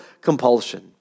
compulsion